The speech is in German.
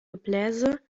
gebläse